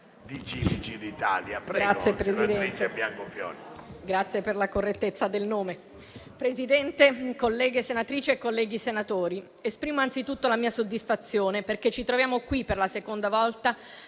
Signor Presidente, colleghe senatrici e colleghi senatori, esprimo anzitutto la mia soddisfazione perché ci troviamo qui per la seconda volta,